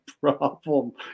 problem